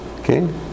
Okay